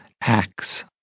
acts